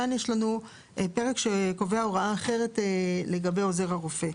כאן יש לנו פרק שקובע הוראה אחרת לגבי עוזר הרופא.